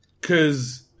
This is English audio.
Cause